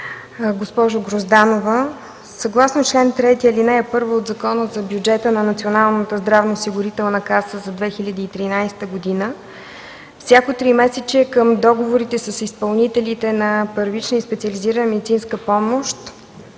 Госпожо Грозданова, съгласно чл. 3, ал. 1 от Закона за бюджета на Националната здравноосигурителна каса за 2013 г., всяко тримесечие към договорите с изпълнителите на първична специализирана медицинска помощ